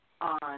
on